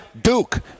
Duke